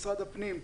משרד הפנים,